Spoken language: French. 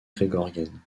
grégorienne